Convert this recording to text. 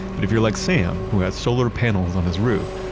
but if you're like sam who has solar panels on his roof,